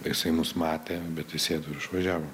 jisai mus matė bet įsėdo ir išvažiavo